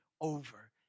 over